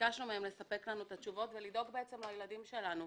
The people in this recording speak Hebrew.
ביקשנו מהם לספק לנו תשובות ולדאוג לילדים שלנו.